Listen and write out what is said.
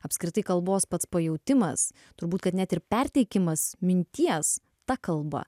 apskritai kalbos pats pajautimas turbūt kad net ir perteikimas minties ta kalba